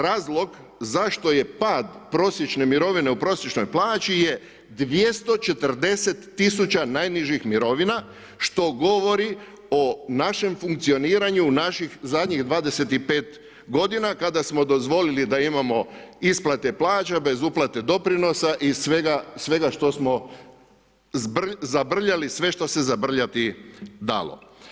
Razlog zašto je pad prosječne mirovine u prosječnoj plaći je 240 tisuća najnižih mirovina što govori o našem funkcioniranju naših zadnjih 25 godina kada smo dozvolili da imamo isplate plaća bez uplate doprinosa i svega što smo zabrljali sve što se zabrljati dalo.